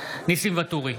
ניסים ואטורי,